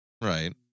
Right